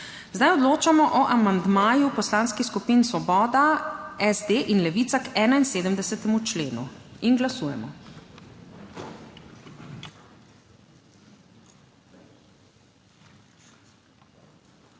Zdaj odločamo o amandmaju poslanskih skupin Svoboda, SD in Levica k 71. členu. Glasujemo.